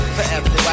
Forever